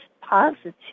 positive